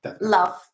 love